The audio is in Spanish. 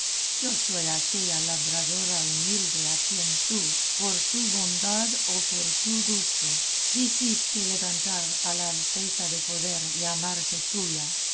yo soy aquella labradora humilde a quien tú por tu bondad o por tu gusto quisiste levantar a la alteza de poder llamarse tuya